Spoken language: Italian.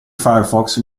firefox